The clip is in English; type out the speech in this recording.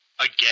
Again